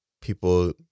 people